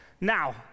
Now